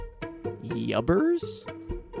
Yubbers